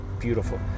beautiful